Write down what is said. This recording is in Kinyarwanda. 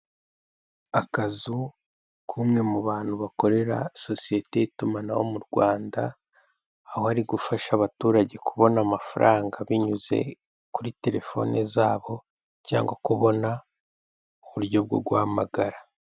Akazu k'umwe mu bantu bakorera sosiyete y'itumanaho mu Rwanda aho ari gufasha abaturage kubona amafaranga binyuze kuri telefone zabo cyangwa kubona uburyo bwo guhamagara.